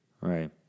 Right